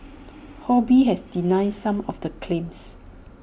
ho bee has denied some of the claims